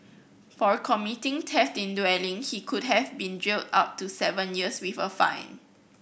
for committing theft in dwelling he could have been jailed up to seven years with a fine